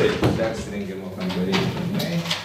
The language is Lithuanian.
taip persiregnimo kambariai čionai